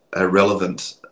relevant